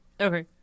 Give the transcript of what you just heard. Okay